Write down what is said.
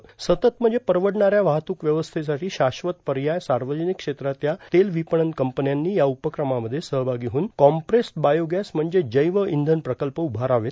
सतत म्हणजे परवडणाऱ्या वाहतूक व्यवस्थेसाठी शाश्वत पर्याय सार्वजनिक क्षेत्रातल्या तेल विपणन कंपन्यांनी या उपक्रमामध्ये सहभागी होऊन कॉम्प्रेस्ड बायोगॅस म्हणजेच जैव इंधन प्रकल्प उभारावेत